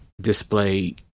display